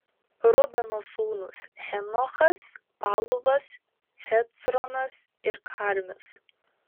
rubeno sūnūs henochas paluvas hecronas ir karmis